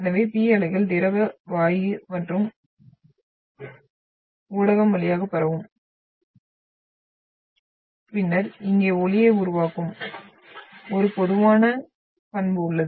எனவே P அலைகள் திரவ வாயு மற்றும் வாயு ஊடகம் வழியாக பரவும் பின்னர் இங்கே ஒலியை உருவாக்கும் ஒரு பொதுவான பண்பு உள்ளது